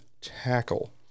tackle